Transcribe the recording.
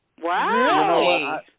Wow